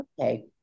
Okay